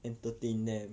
entertain them